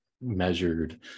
measured